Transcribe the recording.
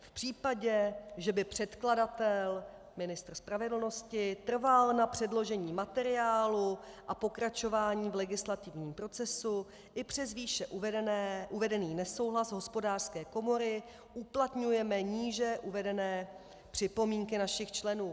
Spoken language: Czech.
V případě, že by předkladatel, ministr spravedlnosti, trval na předložení materiálu a pokračování v legislativním procesu i přes výše uvedený nesouhlas Hospodářské komory, uplatňujeme níže uvedené připomínky našich členů.